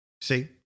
See